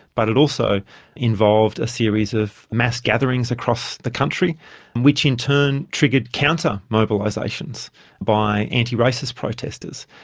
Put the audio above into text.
but it also involved a series of mass gatherings across the country which in turn triggered counter mobilisations by antiracist protesters.